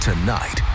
Tonight